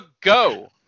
go